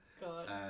God